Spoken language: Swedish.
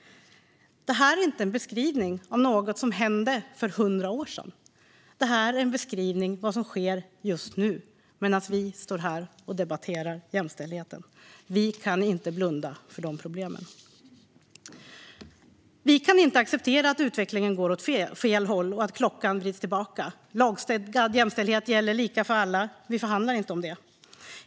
Det är inte en beskrivning av något som hände för hundra år sedan, utan det är en beskrivning av vad som sker just nu, medan vi står här och debatterar jämställdheten. Vi kan inte blunda för de problemen. Vi kan inte acceptera att utvecklingen går åt fel håll och att klockan vrids tillbaka. Lagstadgad jämställdhet gäller för alla, och vi förhandlar inte om det.